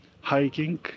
Hiking